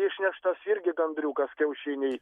išneštas irgi gandriukas kiaušiniai